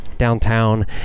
Downtown